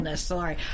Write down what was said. sorry